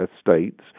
states